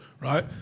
right